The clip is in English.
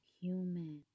human